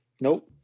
Nope